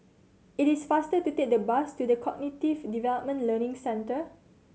it is faster to take the bus to The Cognitive Development Learning Centre